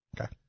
Okay